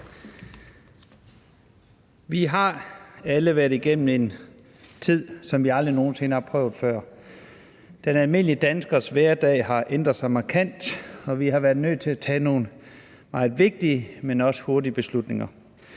Vi har alle været igennem en tid, som vi aldrig nogen sinde har oplevet før. Den almindelige danskers hverdag har ændret sig markant, og vi har været nødt til at tage nogle meget vigtige, men også hurtige beslutninger.